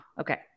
Okay